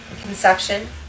conception